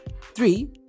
Three